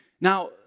Now